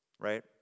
Right